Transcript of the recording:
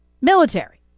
military